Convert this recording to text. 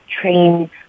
train